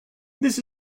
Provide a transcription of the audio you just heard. this